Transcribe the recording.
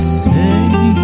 say